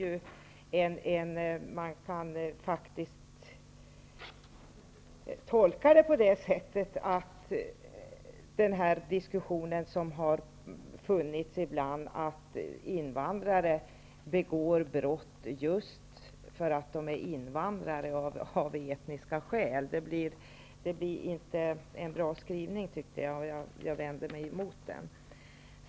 Skrivningen kan faktiskt med anledning av den diskussion som då och då förs tolkas så, att invandrare begår brott just för att de är invandrare eller av etniska skäl. Jag tycker alltså inte att det blev en bra skrivning. Därför vänder jag mig emot denna.